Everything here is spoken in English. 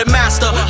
master